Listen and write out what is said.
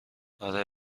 آره